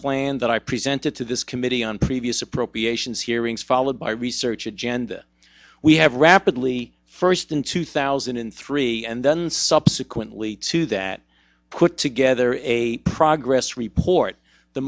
plan that i presented to this committee on previous appropriations hearings followed by research agenda we have rapidly first in two thousand and three and then subsequently two that put together a progress report the